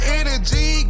energy